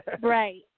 Right